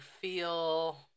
feel